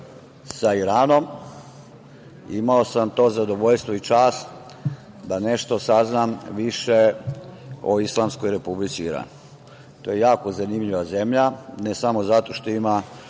sa Iranom. Imao sam to zadovoljstvo i čast da nešto saznam više o Islamskoj Republici Iran. To je jako zanimljiva zemlja, ne samo zato što ima